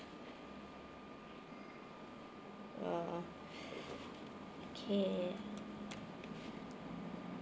uh okay